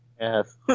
Yes